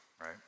right